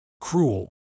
cruel